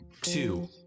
Two